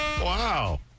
Wow